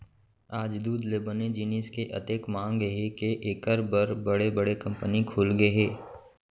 आज दूद ले बने जिनिस के अतेक मांग हे के एकर बर बड़े बड़े कंपनी खुलगे हे